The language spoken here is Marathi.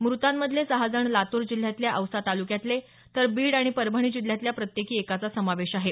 मृतामंधले सहा जण लातूर जिल्ह्यातल्या औसा तालुक्यातले तर बीड आणि परभणी जिल्ह्यातल्या प्रत्येकी एकाचा समावेश आहे